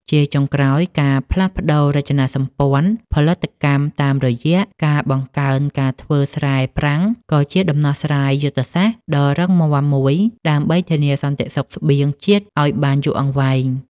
ជាចុងក្រោយ ការផ្លាស់ប្តូររចនាសម្ព័ន្ធផលិតកម្មតាមរយៈការបង្កើនការធ្វើស្រែប្រាំង ក៏ជាដំណោះស្រាយយុទ្ធសាស្ត្រដ៏រឹងមាំមួយដើម្បីធានាសន្តិសុខស្បៀងជាតិឱ្យបានយូរអង្វែង។